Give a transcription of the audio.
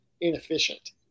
inefficient